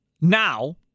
now